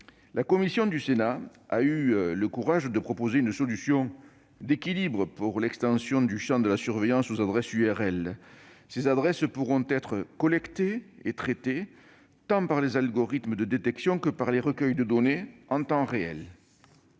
La commission du Sénat a eu le courage de proposer une solution d'équilibre pour l'extension du champ de la surveillance aux adresses URL : celles-ci pourront être collectées et traitées tant par les algorithmes de détection que par les recueils de données en temps réel.